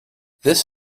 this